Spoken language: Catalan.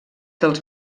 dels